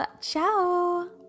ciao